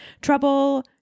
trouble